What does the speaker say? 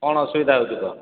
କ'ଣ ଅସୁବିଧା ହେଉଛି କୁହ